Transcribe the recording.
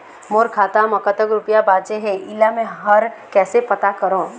मोर खाता म कतक रुपया बांचे हे, इला मैं हर कैसे पता करों?